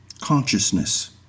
Consciousness